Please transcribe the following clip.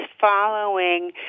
following